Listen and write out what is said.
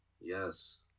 Yes